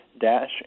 dash